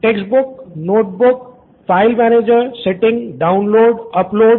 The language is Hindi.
text books notebook file manager settings download upload